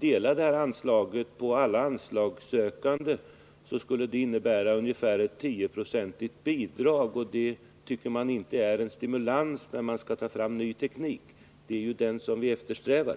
dela anslaget på alla anslagssökande så skulle det innebära ett ungefär tioprocentigt bidrag, och det tycker man inte är någon stimulans när det gäller att ta fram ny teknik — det är ju det vi eftersträvar.